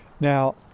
Now